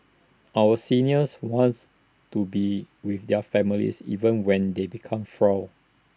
our seniors wants to be with their families even when they become frail